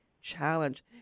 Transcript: Challenge